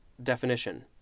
Definition